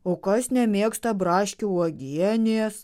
o kas nemėgsta braškių uogienės